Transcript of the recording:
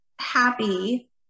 happy